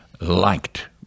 liked